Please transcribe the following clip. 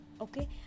okay